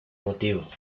motivo